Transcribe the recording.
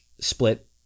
split